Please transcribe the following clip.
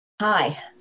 Hi